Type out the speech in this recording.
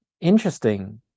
interesting